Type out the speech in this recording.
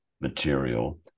material